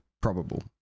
probable